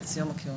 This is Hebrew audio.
כן.